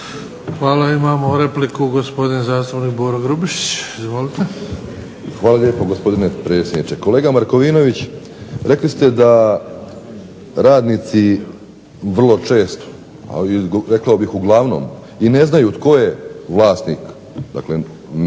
Hvala. Imamo repliku, gospodin zastupnik Boro Grubišić. Izvolite. **Grubišić, Boro (HDSSB)** Hvala lijepo, gospodine predsjedniče. Kolega Markovinović, rekli ste da radnici vrlo često, rekao bih uglavnom i ne znaju tko je vlasnik medija u